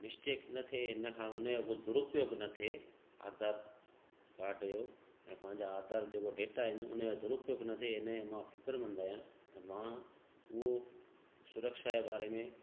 mistake न थिए इनखां उनजो दुरुपयोग न थिए आधार कार्ड जो ऐं पंहिंजा आधार जेको डेटा आहिनि उनजो दुरुपयोग न थिए इन में मां फ़िक्रमंद आहियां त मां उहो सुरक्षा जे बारे में